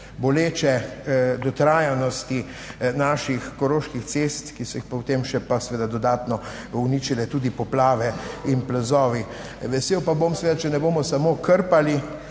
boleče dotrajanosti naših koroških cest, ki so jih potem še pa seveda dodatno uničile tudi poplave in plazovi. Vesel pa bom seveda, če ne bomo samo krpali